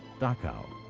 dachau,